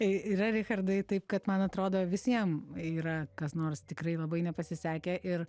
yra richardai taip kad man atrodo visiem yra kas nors tikrai labai nepasisekę ir